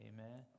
Amen